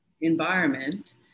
environment